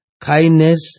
kindness